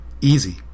Easy